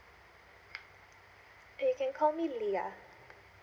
uh you can call me leah